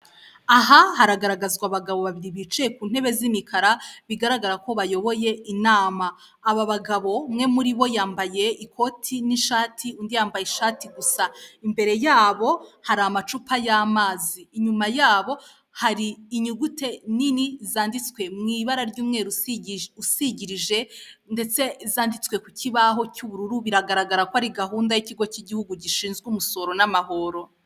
Aha haragaragazwa abagabo babili bicaye ku ntebe z'imikara bigaragara ko bayoboye inama, aba bagabo umwe muri bo yambaye ikoti n'ishati undi yambaye ishati gusa imbere yabo hari amacupa y'amazi inyuma yabo hari inyuguti nini zanditswe mu ibara ry'umweru usigirije ndetse zanditswe ku kibaho cy'ubururu biragaragara ko ari gahunda y'ikigo gishinzwe umusoro n'amahoro.